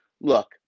Look